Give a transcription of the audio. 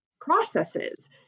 processes